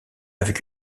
avec